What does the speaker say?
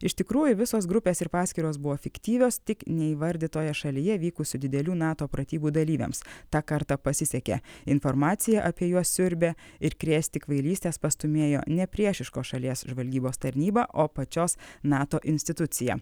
iš tikrųjų visos grupės ir paskyros buvo fiktyvios tik neįvardytoje šalyje vykusių didelių nato pratybų dalyviams tą kartą pasisekė informacija apie juos siurbė ir krėsti kvailystes pastūmėjo nepriešiškos šalies žvalgybos tarnyba o pačios nato institucija